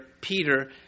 Peter